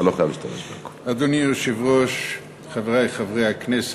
מירי רגב ויעקב ליצמן,